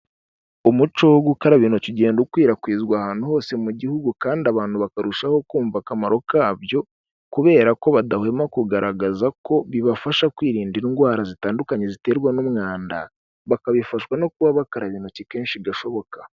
Umuco wo gukaraba intoki ugenda ukwirakwizwa ahantu hose mu gihugu kandi abantu bakarushaho kumva akamaro kabyo kubera ko badahwema kugaragaza ko bibafasha kwirinda indwara zitandukanye ziterwa n'umwanda, bakabifashwa no kuba bakaraba intoki kenshi gashoboka.